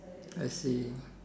I see